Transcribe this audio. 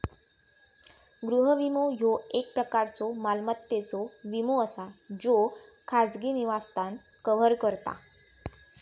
गृह विमो, ह्यो एक प्रकारचो मालमत्तेचो विमो असा ज्यो खाजगी निवासस्थान कव्हर करता